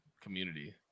community